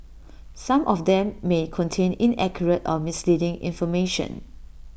some of them may contain inaccurate or misleading information